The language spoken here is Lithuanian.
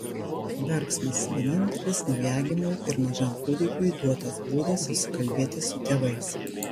verksmas vienintelis naujagimiui ir mažam kūdikiui duotas būdas susikalbėti su tėvais